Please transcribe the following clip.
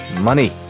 money